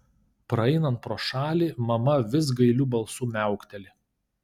praeinant pro šalį mama vis gailiu balsu miaukteli